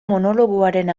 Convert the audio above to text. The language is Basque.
monologoaren